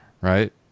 right